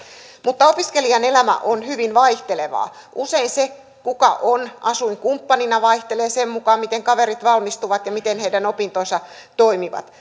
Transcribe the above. mutta opiskelijan elämä on hyvin vaihtelevaa usein se kuka on asuinkumppanina vaihtelee sen mukaan miten kaverit valmistuvat ja miten heidän opintonsa toimivat